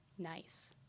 Nice